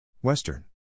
Western